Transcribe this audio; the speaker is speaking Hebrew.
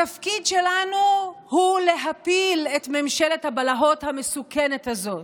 התפקיד שלנו הוא להפיל את ממשלת הבלהות המסוכנת הזאת.